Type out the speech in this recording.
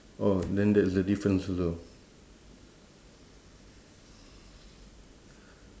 oh then that's the difference also